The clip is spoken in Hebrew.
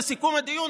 לסיכום הדיון,